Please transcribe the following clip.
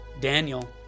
Daniel